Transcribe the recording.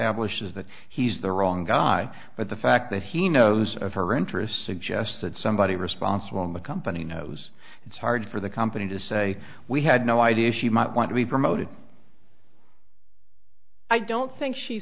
establishes that he's the wrong guy but the fact that he knows of her interest suggests that somebody responsible on the company knows it's hard for the company to say we had no idea she might want to be promoted i don't think she